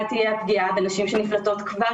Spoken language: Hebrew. מה תהיה הפגיעה בנשים שנפלטות כבר